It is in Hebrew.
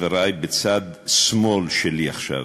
חברי בצד שמאל שלי עכשיו: